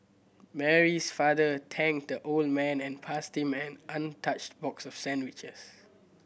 Mary's father thanked the old man and passed him an untouched box of sandwiches